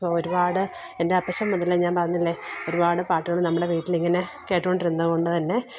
ഒരുപാട് എന്റെ അപ്പച്ചന് മുതലേ ഞാന് പറഞ്ഞില്ലേ ഒരുപാട് പാട്ടുകൾ നമ്മുടെ വീട്ടിലിങ്ങനെ കേട്ടോണ്ട് ഇരുന്നത് കൊണ്ട് തന്നെ